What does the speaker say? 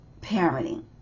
parenting